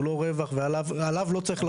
הוא לא רווח ועליו לא צריך לחול.